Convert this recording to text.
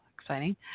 Exciting